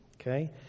okay